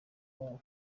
wabo